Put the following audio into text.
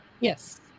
Yes